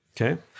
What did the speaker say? okay